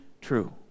true